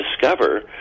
discover